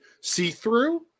see-through